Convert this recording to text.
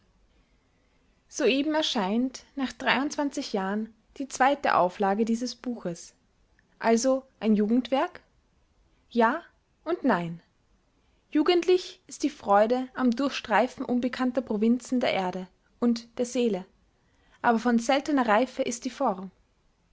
soeben erscheint nach dreiundzwanzig jahren die zweite auflage dieses buches also ein jugendwerk ja und nein jugendlich ist die freude am durchstreifen unbekannter provinzen der erde und der seele aber von seltener reife ist die form